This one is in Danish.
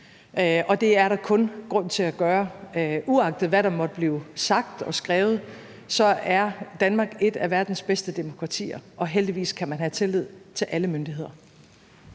og det er der kun grund til at gøre. Uagtet hvad der måtte blive sagt og skrevet, er Danmark et af verdens bedste demokratier, og heldigvis kan man have tillid til alle myndigheder.